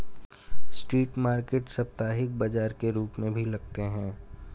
street market साप्ताहिक बाजार के रूप में भी लगते हैं